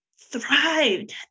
thrived